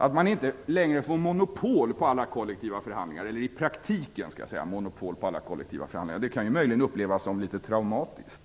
Att man i praktiken inte längre får monopol på alla kollektiva förhandlingar kan möjligen upplevas som litet traumatiskt.